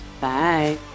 Bye